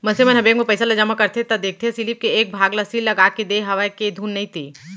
मनसे मन ह बेंक म पइसा ल जमा करथे त देखथे सीलिप के एक भाग ल सील लगाके देय हवय के धुन नइते